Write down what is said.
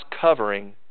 covering